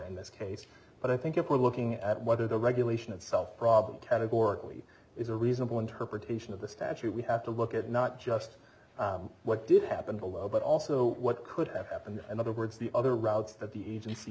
in this case but i think if we're looking at whether the regulation itself problem categorically is a reasonable interpretation of the statute we have to look at not just what did happen below but also what could have happened in other words the other routes that the agency